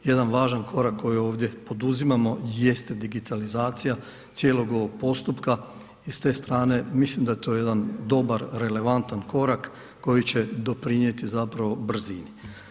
Jedan važan korak koji ovdje poduzimamo jeste digitalizacija cijelog ovog postupka i ste strane mislim da je to jedan dobar relevantan korak koji će doprinijeti zapravo brzini.